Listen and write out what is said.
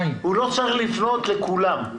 הוא לא צריך לפנות לכולם,